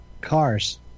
Cars